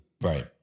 Right